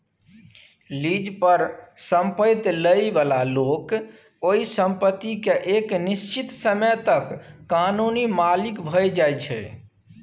lease पर संपैत लइ बला लोक ओइ संपत्ति केँ एक निश्चित समय तक कानूनी मालिक भए जाइ छै